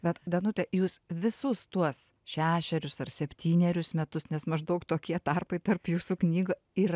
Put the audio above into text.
bet danute jūs visus tuos šešerius ar septynerius metus nes maždaug tokie tarpai tarp jūsų knygų ir